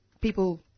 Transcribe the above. people